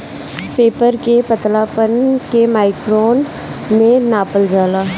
paper के पतलापन के माइक्रोन में नापल जाला